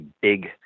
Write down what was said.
big